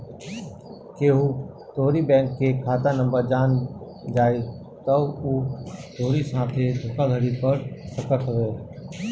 केहू तोहरी बैंक के खाता नंबर जान जाई तअ उ तोहरी साथे धोखाधड़ी कर सकत हवे